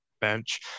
bench